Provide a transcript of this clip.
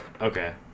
Okay